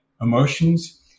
emotions